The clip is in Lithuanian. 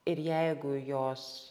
ir jeigu jos